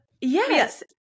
Yes